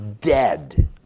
dead